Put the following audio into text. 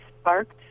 sparked